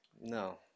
No